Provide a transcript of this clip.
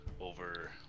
over